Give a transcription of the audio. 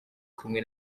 kumwe